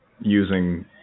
using